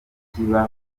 kiba